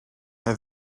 her